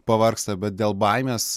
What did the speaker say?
pavargsta bet dėl baimės